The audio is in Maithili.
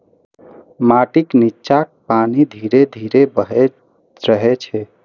माटिक निच्चाक पानि धीरे धीरे बहैत रहै छै